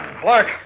Clark